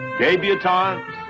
Debutantes